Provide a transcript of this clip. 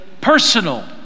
personal